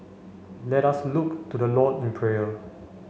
let us look to the Lord in prayer